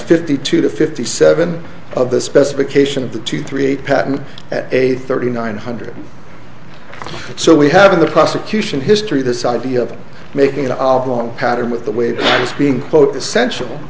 fifty two to fifty seven of the specification of the two three eight patent at eight thirty nine hundred so we have in the prosecution history this idea of making an oblong pattern with the weight as being quote essential